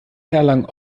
erlangen